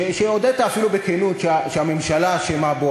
ואפילו הודית בכנות שהממשלה אשמה בו,